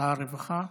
שר הרווחה.